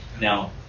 Now